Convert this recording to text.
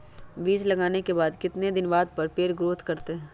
बीज लगाने के बाद कितने दिन बाद पर पेड़ ग्रोथ करते हैं?